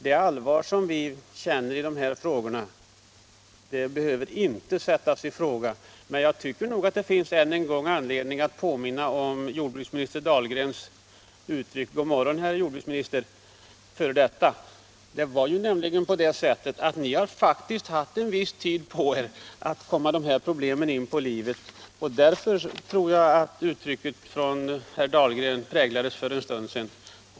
Det allvar som vi känner i de här frågorna behöver inte sättas i fråga, men jag tycker nog att det än en gång finns anledning att påminna om jordbruksminister Dahlgrens uttryck God morgon, herr jordbruksminister - f.d. Ni har faktiskt haft en viss tid på er att komma de här problemen in på livet, och det var väl därför uttrycket präglades av herr Dahlgren för en stund sedan.